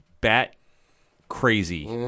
bat-crazy